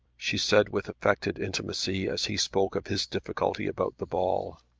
she said with affected intimacy as he spoke of his difficulty about the ball.